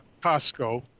Costco